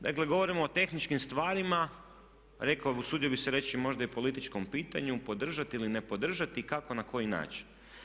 Dakle, govorimo o tehničkim stvarima, usudio bih se reći možda i političkom pitanju podržati ili ne podržati, kako i na koji način.